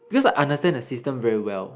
because I understand the system very well